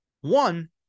One